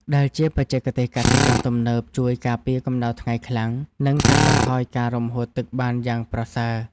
ដែលជាបច្ចេកទេសកសិកម្មទំនើបជួយការពារកម្តៅថ្ងៃខ្លាំង និងកាត់បន្ថយការរំហួតទឹកបានយ៉ាងប្រសើរ។